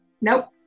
nope